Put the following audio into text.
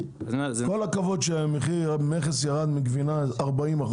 עם כל הכבוד שהמכס ירד מגבינת 40%,